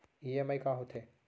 EMI का होथे?